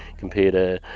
computer.